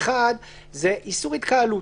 אחד זה איסור התקהלות.